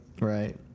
Right